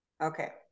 Okay